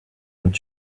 ont